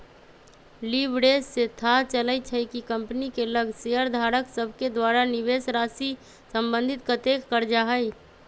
leverage से थाह चलइ छइ कि कंपनी के लग शेयरधारक सभके द्वारा निवेशराशि संबंधित कतेक करजा हइ